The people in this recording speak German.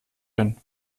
hin